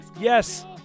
yes